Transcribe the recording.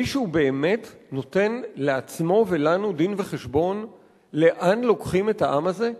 מישהו באמת נותן לעצמו ולנו דין-וחשבון לאן לוקחים את העם הזה?